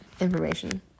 information